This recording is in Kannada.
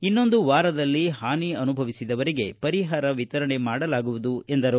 ಇನ್ನೊಂದು ವಾರದಲ್ಲಿ ಪಾನಿ ಅನುಭವಿಸಿದವರಿಗೆ ಪರಿಹಾರ ವಿತರಣೆ ಮಾಡಲಾಗುವುದು ಎಂದರು